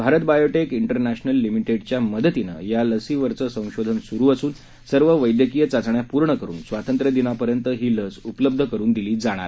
Bharat Biotech International लिमिटेडच्या मदतीने या लसीवरील संशोधन सुरू असून सर्व वैद्यकीय चाचण्या पूर्ण करून स्वातंत्र्यदिनापर्यंत ही लस उपलब्ध करून देण्यात येणार आहे